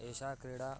एषा क्रीडा